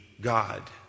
God